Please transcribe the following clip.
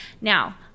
Now